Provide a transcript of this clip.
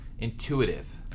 intuitive